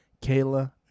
Kayla